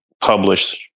published